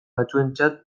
batzuentzat